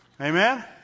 Amen